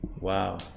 Wow